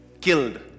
killed